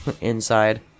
inside